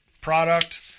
product